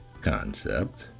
concept